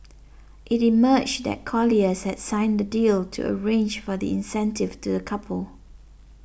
it emerged that Colliers had signed the deal to arrange for the incentive to the couple